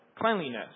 cleanliness